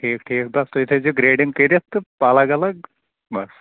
ٹھیٖک ٹھیٖک بَس تُہۍ تھٲوِزیٚو گرٛیٚڈِنٛگ کٔرِتھ تہٕ اَلَگ اَلَگ بَس